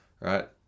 right